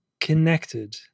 connected